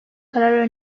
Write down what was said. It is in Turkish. karar